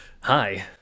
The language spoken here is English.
hi